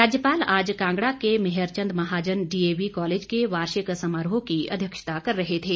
राज्यपाल आज कांगड़ा के मेहर चंद महाजन डीएवी कॉलेज के वार्षिक समारोह की अध्यक्षता कर रहे थे